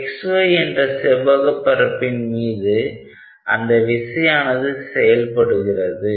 xy என்ற செவ்வக பரப்பின் மீது அந்த விசையானது செயல்படுகிறது